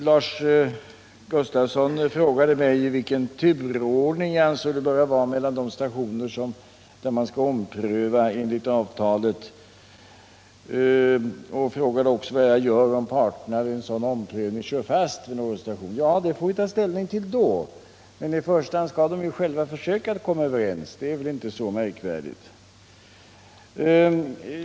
Lars Gustafsson frågade mig vilken turordning jag anser att det bör vara i fråga om de stationer som enligt avtalet skall omprövas, och han frågade också vad jag gör om parterna vid en sådan omprövning kör fast. Det får vi ta ställning till då. I första hand skall de själva försöka komma överens — det är väl inte så märkvärdigt.